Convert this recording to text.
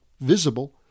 visible